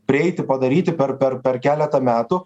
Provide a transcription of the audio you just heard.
prieiti padaryti per per per keletą metų